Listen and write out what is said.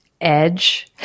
edge